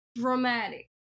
dramatic